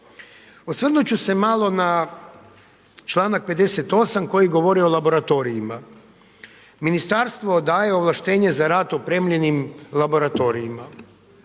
Osvrnuti ću se malo na članak 58. koji govori o laboratorijima. Ministarstvo daje ovlaštenje za rad opremljenim laboratorijima.